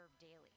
daily